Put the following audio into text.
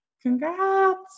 congrats